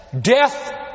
Death